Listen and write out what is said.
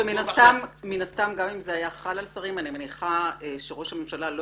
ומן הסתם גם אם זה היה חל על שרים אני מניחה שראש הממשלה לא